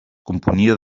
componia